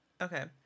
Okay